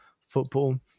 football